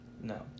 No